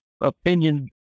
opinion